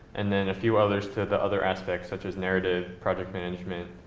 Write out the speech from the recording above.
and then a few others to the other aspects such as narrative, project management,